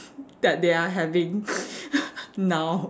that they are having now